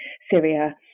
Syria